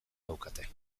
daukate